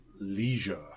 leisure